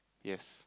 yes